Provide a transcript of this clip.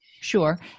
Sure